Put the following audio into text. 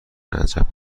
عجب